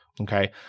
okay